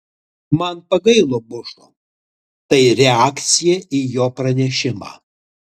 man pagailo bušo tai reakcija į jo pranešimą